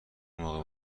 موقع